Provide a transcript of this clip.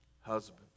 husband